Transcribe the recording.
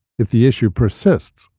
if the issue persists,